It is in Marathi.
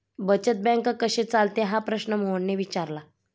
बचत बँक कशी चालते हा प्रश्न मोहनने विचारला?